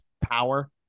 power